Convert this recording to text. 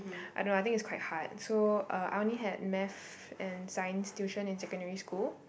I don't know I think it's quite hard so uh I only had Math and science tuition in secondary school